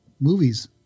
movies